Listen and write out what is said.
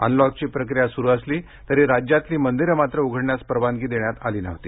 अनलॉकची प्रक्रिया सुरू असली तरी राज्यातली मंदिरं मात्र उघडण्यास परवानगी देण्यात आली नव्हती